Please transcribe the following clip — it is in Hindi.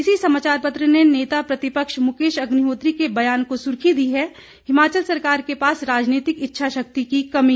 इसी समाचार पत्र ने नेता प्रतिपक्ष मुकेश अग्निहोत्री के बयान को सुर्खी दी है हिमाचल सरकार के पास राजनीतिक इच्छाशक्ति की कमी